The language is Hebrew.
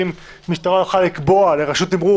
אם משטרה יכולה לקבוע לרשות תימרור